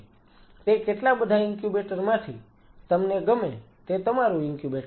તે કેટલા બધા ઇન્ક્યુબેટર માંથી તમને ગમે તે તમારૂ ઇન્ક્યુબેટર છે